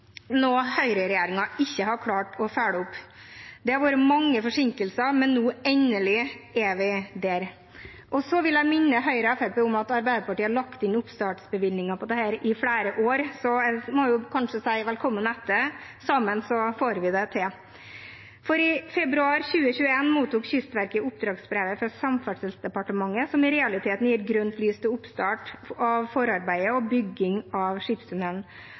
ikke har klart å følge opp. Det har vært mange forsinkelser, men nå er vi endelig der. Så vil jeg minne Høyre og Fremskrittspartiet om at Arbeiderpartiet har lagt inn oppstartsbevilgningen på dette i flere år, så jeg må kanskje si velkommen etter. Sammen får vi det til. For i februar 2021 mottok Kystverket oppdragsbrevet fra Samferdselsdepartementet, som i realiteten gir grønt lys for oppstart av forarbeidet og bygging av skipstunnelen,